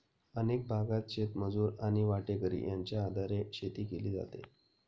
अनेक भागांत शेतमजूर आणि वाटेकरी यांच्या आधारे शेती केली जाते